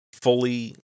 fully